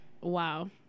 wow